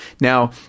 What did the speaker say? Now